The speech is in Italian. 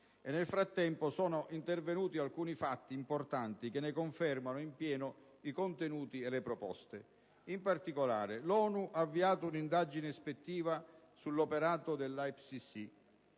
nel frattempo, sono intervenuti alcuni fatti importanti che ne confermano in pieno i contenuti e le proposte. In particolare: l'ONU ha avviato un'indagine ispettiva sull'operato della IPCC;